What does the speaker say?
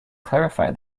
clarify